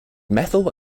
methyl